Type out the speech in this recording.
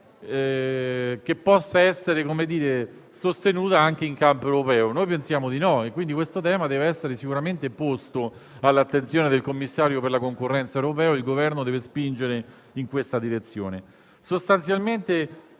possano essere sostenute anche in campo europeo. Noi pensiamo di no e quindi il tema deve essere sicuramente posto all'attenzione del commissario europeo per la concorrenza e il Governo deve spingere in questa direzione. Sostanzialmente